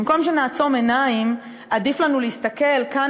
במקום לעצום עיניים עדיף לנו להסתכל כאן,